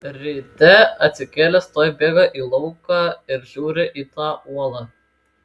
ryte atsikėlęs tuoj bėga į lauką ir žiūrį į tą uolą